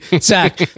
Zach